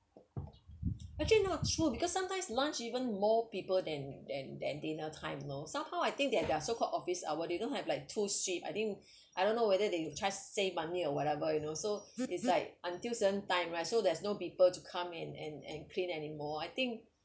actually not tue because sometimes lunch even more people than than than dinner time you know somehow I think there're so called office hour they don't have like two shift I think I don't know whether they try to save money or whatever you know so it's like until certain time right so there's no people to come and and and and clean anymore I think